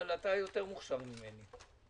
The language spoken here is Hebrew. אבל אתה מוכשר ממני.